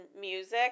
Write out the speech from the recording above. music